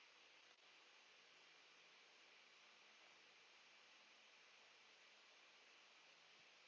the